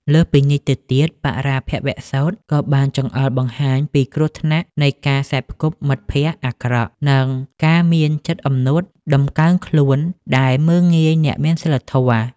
លើសពីនេះទៅទៀត បរាភវសូត្រក៏បានចង្អុលបង្ហាញពីគ្រោះថ្នាក់នៃការសេពគប់មិត្តភក្តិអាក្រក់ និងការមានចិត្តអំនួតតម្កើងខ្លួនដែលមើលងាយអ្នកមានសីលធម៌។